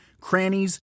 crannies